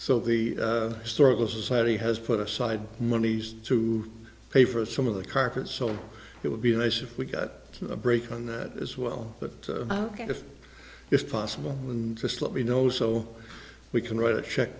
so the historical society has put aside money to pay for some of the carpets so it would be nice if we got a break on that as well but if it's possible and just let me know so we can write a check